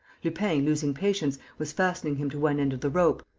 lupin, losing patience, was fastening him to one end of the rope,